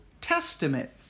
Testament